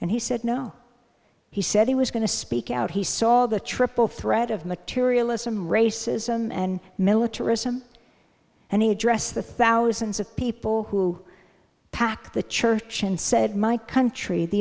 and he said no he said he was going to speak out he saw the triple threat of materialism racism and militarism and he addressed the thousands of people who packed the church and said my country the